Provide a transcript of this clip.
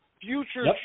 Future